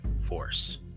force